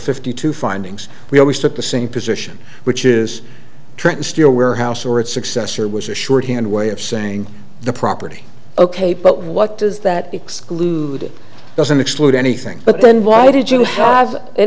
fifty two findings we always took the same position which is trying to steal warehouse or its successor was a shorthand way of saying the property ok but what does that exclude it doesn't exclude anything but then why did you have